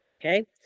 Okay